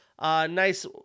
Nice